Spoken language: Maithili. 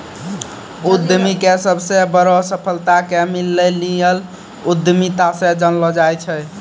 उद्यमीके सबसे बड़ो सफलता के मिल्लेनियल उद्यमिता से जानलो जाय छै